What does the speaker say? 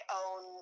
own